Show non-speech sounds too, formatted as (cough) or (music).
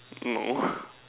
no (breath)